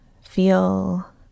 feel